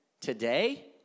today